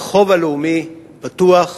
החוב הלאומי פתוח,